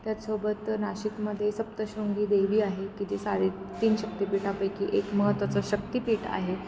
त्याचसोबत नाशिकमध्ये सप्तशृंगी देवी आहे की जे साडेतीन शक्तिपीठांपैकी एक महत्त्वाचं शक्तिपीठ आहे